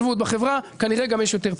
יותר השתלבות בחברה,